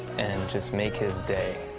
and just make his day.